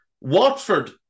Watford